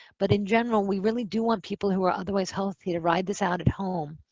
but in general, we really do want people who are otherwise healthy to ride this out at home.